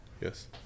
Yes